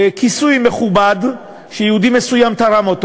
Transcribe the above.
כיסוי מכובד שיהודי מסוים תרם,